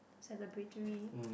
celebratory